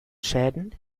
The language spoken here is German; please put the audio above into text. schäden